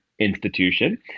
institution